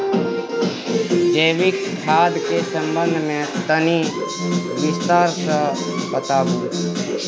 जैविक खाद के संबंध मे तनि विस्तार स बताबू?